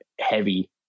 heavy